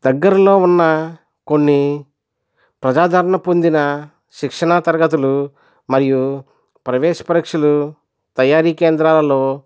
దగ్గరలో ఉన్న కొన్ని ప్రజాదారణ పొందిన శిక్షణా తరగతులు మరియు ప్రవేశ పరీక్షలు తయారీ కేంద్రాలలో